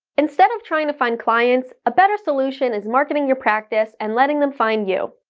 instead of trying to find clients, a better solution is marketing your practice and letting them find you.